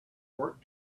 work